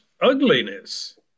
ugliness